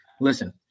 listen